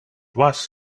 was